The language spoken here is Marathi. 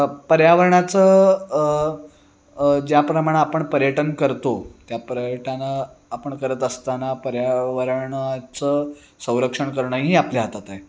पर्यावरणाचं ज्याप्रमाणं आपण पर्यटन करतो त्या पर्यटना आपण करत असताना पर्यावरणाचं संरक्षण करणंही आपल्या हातात आहे